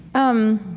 um,